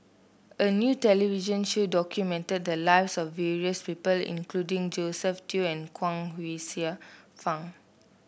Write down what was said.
a new television show documented the lives of various people including Josephine Teo and Chuang Hsueh Fang